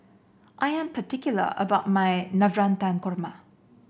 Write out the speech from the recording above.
I am particular about my Navratan Korma